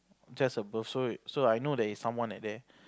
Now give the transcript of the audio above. just above so so I know that there is someone at there